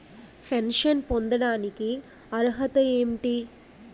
Pension పొందడానికి అర్హత ఏంటి?